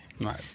Right